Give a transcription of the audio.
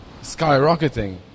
skyrocketing